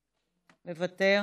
מוותר,